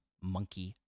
monkey